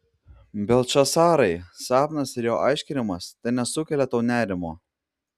beltšacarai sapnas ir jo aiškinimas tenesukelia tau nerimo